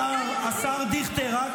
השר דיכטר,